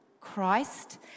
Christ